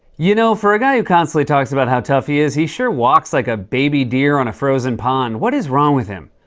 you know, for a guy who constantly talks about how tough he is, he sure walks like a baby deer on a frozen pond. what is wrong with him?